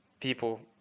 people